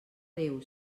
déu